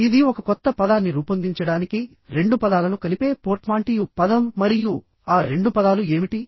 ఇది ఒక కొత్త పదాన్ని రూపొందించడానికి రెండు పదాలను కలిపే పోర్ట్మాంటియు పదం మరియు ఆ రెండు పదాలు ఏమిటి